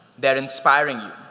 they're inspiring you.